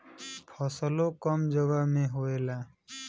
फसलो कम जगह मे होएला